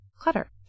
clutter